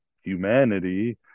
humanity